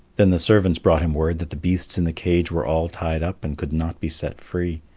then the servants brought him word that the beasts in the cage were all tied up, and could not be set free.